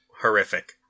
horrific